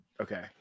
Okay